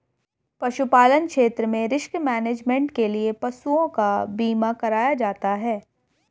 पशुपालन क्षेत्र में रिस्क मैनेजमेंट के लिए पशुओं का बीमा कराया जाता है